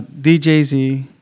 DJZ